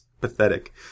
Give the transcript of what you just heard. pathetic